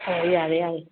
ꯑꯣ ꯌꯥꯔꯦ ꯌꯥꯔꯦ